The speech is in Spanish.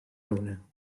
luna